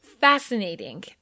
fascinating